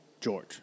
George